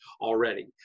already